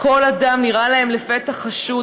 כל אדם נראה להן לפתע חשוד.